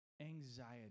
anxiety